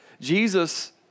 Jesus